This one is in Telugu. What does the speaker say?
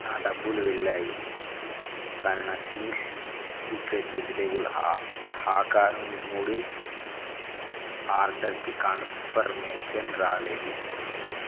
నా డబ్బులు వెళ్ళాయి కానీ నా Ching's secret vegetable hakka noodles ఆర్డర్కి కన్ఫర్మేషన్ రాలేదు